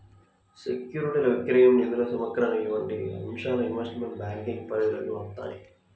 సెక్యూరిటీల విక్రయం, నిధుల సమీకరణ వంటి అంశాలు ఇన్వెస్ట్మెంట్ బ్యాంకింగ్ పరిధిలోకి వత్తాయి